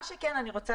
אני רוצה